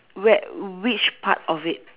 where which part of it